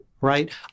Right